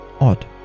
odd